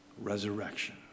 Resurrection